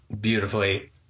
beautifully